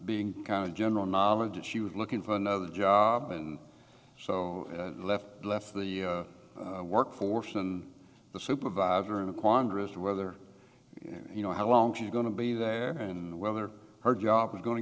being kind of general knowledge that she was looking for another job and so left left the workforce and the supervisor in a quandary as to whether you know how long she's going to be there and whether her job is going to